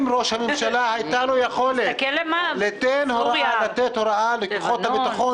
אם לראש הממשלה הייתה יכולת לתת הוראה לכוחות הביטחון